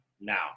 now